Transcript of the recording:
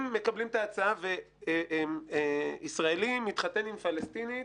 אם מקבלים את ההצעה וישראלי מתחתן עם פלסטינית